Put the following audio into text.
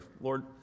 Lord